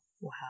Wow